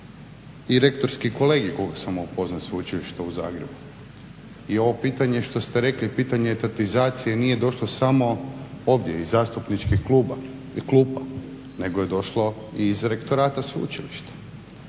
i rektorski kolegij koliko sam upoznat Sveučilišta u Zagrebu. I ovo pitanje što ste rekli pitanje etatizacije nije došlo samo ovdje iz zastupničkih klupa nego je došlo iz rektorata sveučilišta.